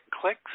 clicks